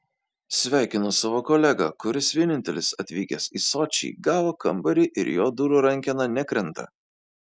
sveikinu savo kolegą kuris vienintelis atvykęs į sočį gavo kambarį ir jo durų rankena nekrenta